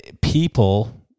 people